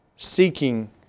seeking